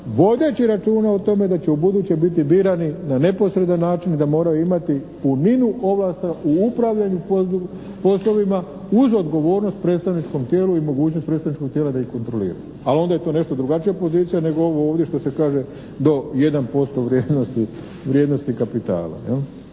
vodeći računa o tome da će ubuduće biti birani na neposredan način i da moraju imati puninu ovlasti u upravljanju poslovima uz odgovornost predstavničkom tijelu i mogućnost predstavničkog tijela da ih kontrolira. Ali onda je to nešto drugačija pozicija nego ovo ovdje što se kaže do 1% vrijednosti kapitala,